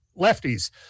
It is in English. lefties